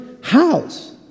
house